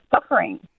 suffering